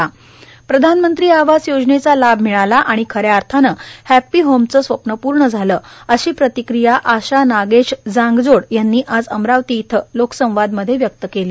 प्रधानमंत्री आवास योजनेचा लाभ मिळाला आणि खऱ्या अर्थानं हॅपी होमचे स्वप्न पूर्ण झालं अशी प्रतिक्रिया आशा नागेश जांगजोड यांनी आज अमरावती इथं आयोजित लोकसंवाद मध्ये व्यक्त केली